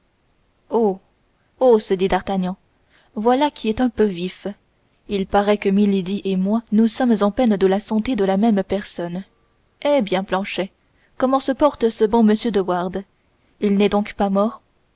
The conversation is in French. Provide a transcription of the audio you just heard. se dit d'artagnan voilà qui est un peu vif il paraît que milady et moi nous sommes en peine de la santé de la même personne eh bien planchet comment se porte ce bon m de wardes il n'est donc pas mort